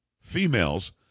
females